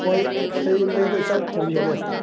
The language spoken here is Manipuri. ꯍꯣꯏ ꯑꯩ ꯃꯩꯗ ꯆꯥꯛ ꯊꯣꯡꯖꯔꯦ